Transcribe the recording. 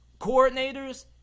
coordinators